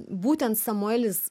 būtent samuelis